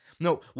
No